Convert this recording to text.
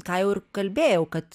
ką jau ir kalbėjau kad